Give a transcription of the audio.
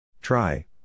Try